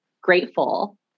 grateful